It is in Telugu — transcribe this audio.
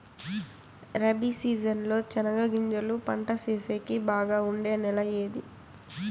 రబి సీజన్ లో చెనగగింజలు పంట సేసేకి బాగా ఉండే నెల ఏది?